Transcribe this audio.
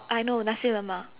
I know nasi lemak